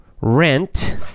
rent